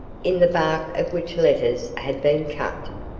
in the bark of which letters had been cut,